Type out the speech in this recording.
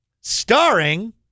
Starring